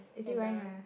is he wearing a